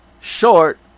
short